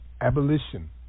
Abolition